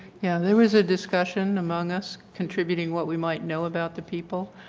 yeah and there is a discussion among us contributing what we might know about the people.